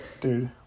Dude